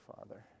Father